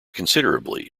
considerably